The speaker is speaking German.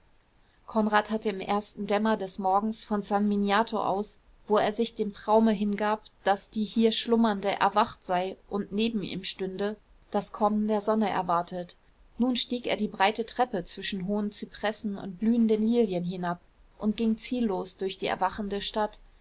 konrad hatte im ersten dämmer des morgens von san miniato aus wo er sich dem traume hingab daß die hier schlummernde erwacht sei und neben ihm stünde das kommen der sonne erwartet nun stieg er die breite treppe zwischen hohen zypressen und blühenden lilien hinab und ging ziellos durch die erwachende stadt